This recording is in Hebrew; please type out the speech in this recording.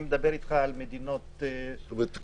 אני מדבר אתך על מדינות יעד --- זאת אומרת,